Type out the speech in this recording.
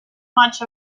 much